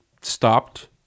stopped